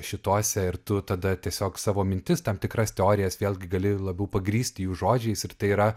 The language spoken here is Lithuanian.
šituose ir tu tada tiesiog savo mintis tam tikras teorijas vėlgi gali labiau pagrįsti jų žodžiais ir tai yra